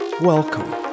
Welcome